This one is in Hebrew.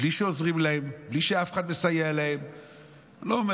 בלי שעוזרים להם, בלי שאף אחד מסייע להם.